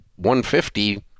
150